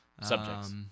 Subjects